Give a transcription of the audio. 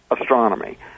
astronomy